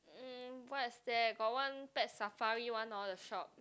uh what is that got one Pet Safari one or the shop